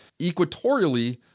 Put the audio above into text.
Equatorially